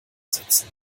setzen